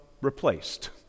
replaced